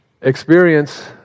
Experience